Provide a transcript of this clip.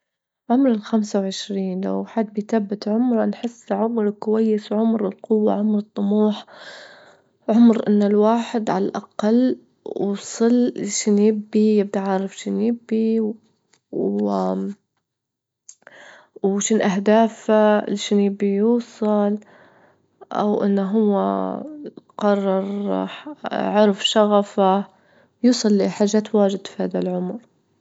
عمر الخمسة وعشرين، لو حد بيثبت عمره نحس عمر كويس، عمر القوة، عمر الطموح، عمر إن الواحد عالأقل وصل لشنو يبي، يتعرف شنو يبي، و وشو الأهداف اللي شنو يبي يوصل أو إن هو قرر، عرف شغفه، يوصل لحاجات واجد في هذا العمر.